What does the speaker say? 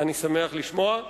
אני שמח לשמוע.